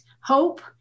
hope